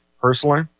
personally